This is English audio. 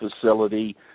facility